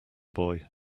boy